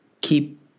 keep